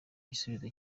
ibisubizo